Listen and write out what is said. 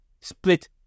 split